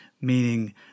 meaning